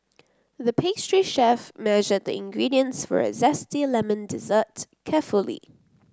the pastry chef measured the ingredients for a zesty lemon dessert carefully